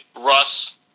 Russ